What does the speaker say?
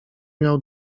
miał